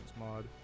mod